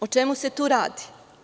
O čemu se tu radi?